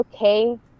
okay